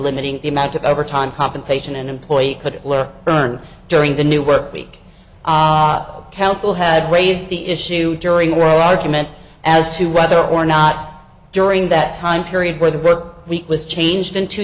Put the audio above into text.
limiting the amount of overtime compensation an employee could earn during the new work week council had raised the issue during roe argument as to whether or not during that time period where the burke week was changed in two